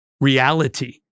reality